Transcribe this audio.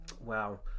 Wow